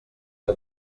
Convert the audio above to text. que